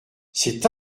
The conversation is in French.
c’est